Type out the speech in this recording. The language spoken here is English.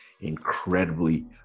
incredibly